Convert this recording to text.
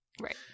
Right